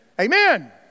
Amen